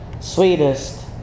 sweetest